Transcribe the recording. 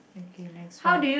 okay next one